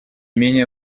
менее